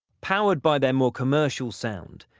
powered by their more commercial sound,